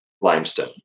limestone